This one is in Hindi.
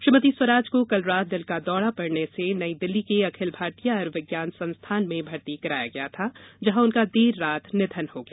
श्रीमति स्वराज को कल रात दिल का दौरा पड़ने से नई दिल्ली के अखिल भारतीय आयुर्विज्ञान संस्थान में भर्ती कराया गया था जहां उनका देर रात निधन हो गया